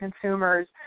consumers